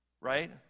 right